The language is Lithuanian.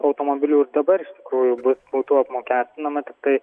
automobilių ir dabar iš tikrųjų būtų apmokestinama tiktai